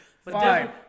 Five